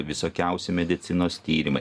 visokiausi medicinos tyrimai